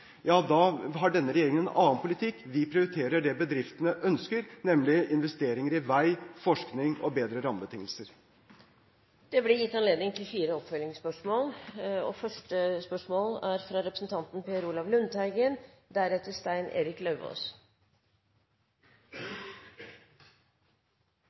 ja, da har denne regjeringen en annen politikk. Vi prioriterer det bedriftene ønsker, nemlig investeringer i vei, forskning og bedre rammebetingelser. Det blir gitt anledning til fire oppfølgingsspørsmål – først Per Olaf Lundteigen. Markedskreftene er